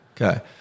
Okay